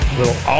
Little